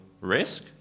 risk